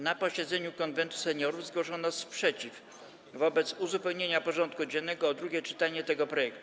Na posiedzeniu Konwentu Seniorów zgłoszono sprzeciw wobec uzupełnienia porządku dziennego o drugie czytanie tego projektu.